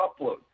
upload